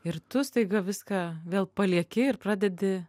ir tu staiga viską vėl palieki ir pradedi